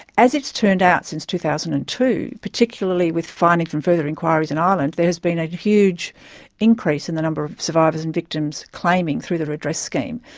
as it's turned out since two thousand and two, particularly with findings from further inquiries in ireland, there has been a huge increase in the number of survivors and victims claiming through the redress scheme.